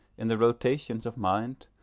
in the rotations of mind,